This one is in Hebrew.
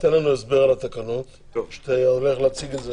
לנו הסבר על התקנות שאתה הולך להציג,